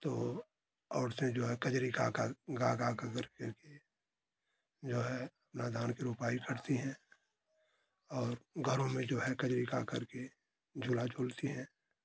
तो औरतें जो हैं कज़री गा गा गा गाकर के जो है ना धान की रोपाई करती हैं और घरों में जो है कजरी गाकर के झूला झूलती हैं